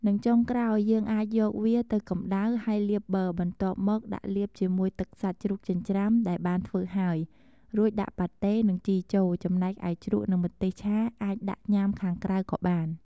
និងចុងក្រោយ យើងអាចយកវាទៅកំដៅហើយលាបប័របន្ទាប់មកដាក់លាបជាមួយទឹកសាច់ជ្រូកចិញ្រ្ចាំដែលបានធ្វើហើយ រួចដាក់ប៉ាតេនិងជីចូលចំណែកឯជ្រក់និងម្ទេសឆាអាចដាក់ញុាំខាងក្រៅក៏បាន។